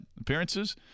appearances